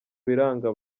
biranga